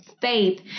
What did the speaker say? faith